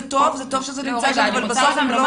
זה טוב, וטוב שזה נמצא שם, אבל בסוף זה לא יעבוד.